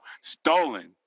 Stolen